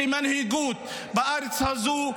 כמנהיגות בארץ הזו,